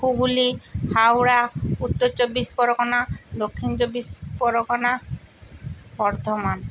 হুগলি হাওড়া উত্তর চব্বিশ পরগনা দক্ষিণ চব্বিশ পরগনা বর্ধমান